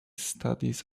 studies